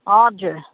हजुर